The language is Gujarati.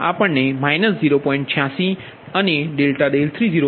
86 કન્વર્ટ થાય છે અને ∆30 0